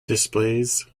displays